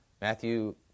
Matthew